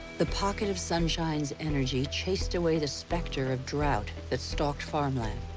the pocket of sunshine's energy chased away the specter of drought that stalked farmland.